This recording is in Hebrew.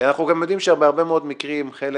אנחנו גם יודעים שבהרבה מאוד מקרים חלק